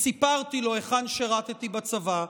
סיפרתי לו היכן שירתי בצבא,